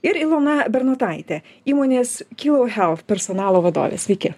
ir ilona bernotaite įmonės kilo health personalo vadove sveiki